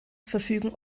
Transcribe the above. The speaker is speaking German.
verfügen